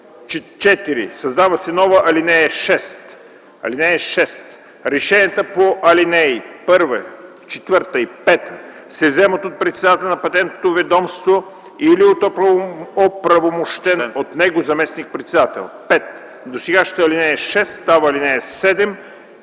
4. Създава се нова ал. 6: „(6) Решенията по ал. 1, 4 и 5 се вземат от председателя на Патентното ведомство или от оправомощен от него заместник-председател.” 5. Досегашната ал. 6 става ал. 7.